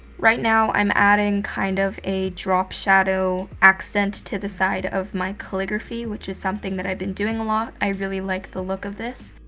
right now i'm adding kind of a drop shadow accent to the side of my calligraphy, which is something that i've been doing a lot. i really like the look of this.